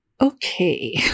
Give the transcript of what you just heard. Okay